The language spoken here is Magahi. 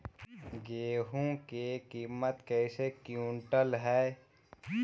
गेहू के किमत कैसे क्विंटल है?